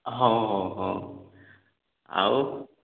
ହଁ ହଁ ହଁ ଆଉ